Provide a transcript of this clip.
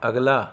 ਅਗਲਾ